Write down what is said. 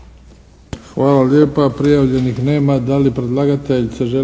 Hvala lijepa. Prijavljenih nema.